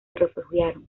refugiaron